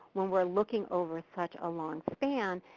when were looking over such a long span,